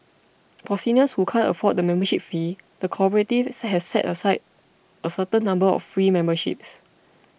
for seniors who cannot afford the membership fee the cooperative has set aside a certain number of free memberships